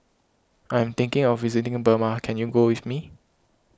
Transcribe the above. I am thinking of visiting Burma can you go with me